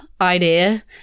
idea